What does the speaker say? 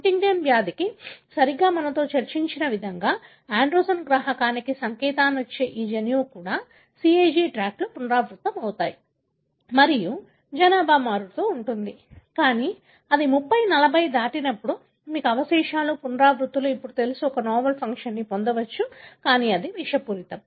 Huntington వ్యాధికి సరిగ్గా మనము చర్చించిన విధంగా ఆండ్రోజెన్ గ్రాహకానికి సంకేతాలు ఇచ్చే ఈ జన్యువు కూడా CAG ట్రాక్ట్లు పునరావృతమవుతుంది మరియు జనాభాలో మారుతూ ఉంటుంది కానీ అది 30 40 దాటినప్పుడు మీకు అవశేషాలు పునరావృత్తులు అప్పుడు తెలుసు ఒక నావెల్ ఫంక్షన్ పొందవచ్చు ఇది విషపూరితం